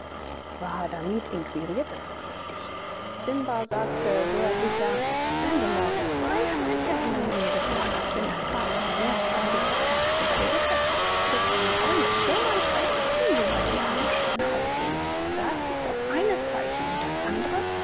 wahadamib inquirierte vorsichtig simba sagte sehr sicher sende morgen zwei schleicher in die nähe des lagers wenn dein vater die mehrzahl der askaris überredet hat wird eine eule viermal krächzen sobald die abendsterne aufgehen das ist das eine zeichen und das andre